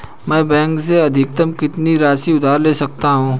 मैं बैंक से अधिकतम कितनी राशि उधार ले सकता हूँ?